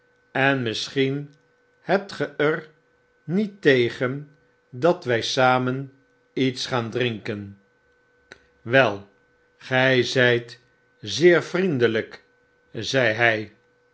en misschien hebt ge er niet tegen dat wy samen iets gaan drinken wel gy zijt zeer vriendelyk zeide hy